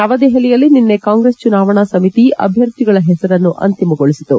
ನವದೆಹಲಿಯಲ್ಲಿ ನಿನ್ನೆ ಕಾಂಗ್ರೆಸ್ ಚುನಾವಣಾ ಸಮಿತಿ ಅಭ್ಯರ್ಥಿಗಳ ಹೆಸರನ್ನು ಅಂತಿಮಗೊಳಿಸಿತು